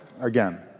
Again